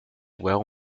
well